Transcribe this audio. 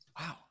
Wow